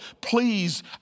please